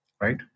Right